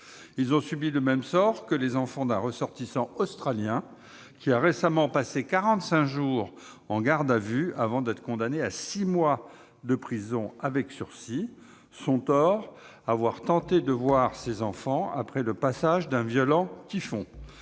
Ils ont subi le même sort que les enfants d'un ressortissant australien qui a récemment passé quarante-cinq jours en garde à vue avant d'être condamné à six mois de prison avec sursis. Son tort ? Avoir tenté de voir ses enfants après le passage d'un violent typhon.